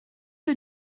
que